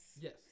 Yes